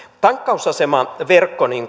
tankkausasemaverkko niin